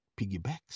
piggybacks